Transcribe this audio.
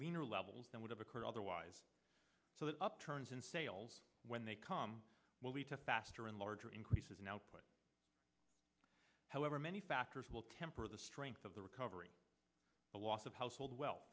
leaner levels than would have occurred otherwise so that upturns in sales when they come will lead to faster and larger increases in output however many factors will temper the strength of the recovery the loss of household we